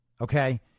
Okay